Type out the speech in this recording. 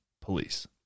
police